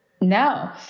No